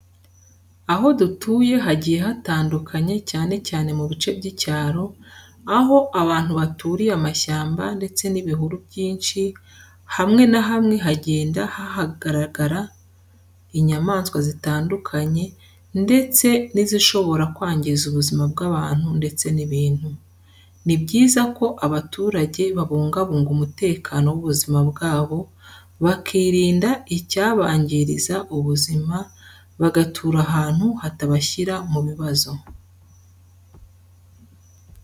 Aho dutuye hagiye hatandukanye cyane cyane mu bice by'icyaro, aho abantu baturiye amashyamba ndetse n'ibihuru byinshi hamwe na hamwe hagenda hagaragara inyamaswa zitandukanye ndetse n'izishobora kwangiza ubuzima bw'abantu ndetse n'ibintu. Ni byiza ko abaturage babungabunga umutekano w'ubuzima bwabo, bakirinda icyabangiriza ubuzima bagatura ahantu hatabashyira mu bibazo.